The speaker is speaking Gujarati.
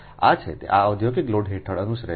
આ છે આ ઔદ્યોગિક લોડ હેઠળ અનુસરે છે